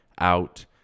out